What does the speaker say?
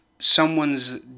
someone's